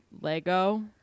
lego